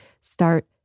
start